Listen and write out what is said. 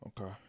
Okay